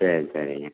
சரி சரிங்க